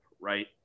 Right